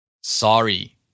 Sorry